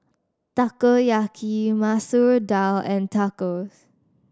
Takoyaki Masoor Dal and Tacos